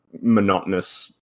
monotonous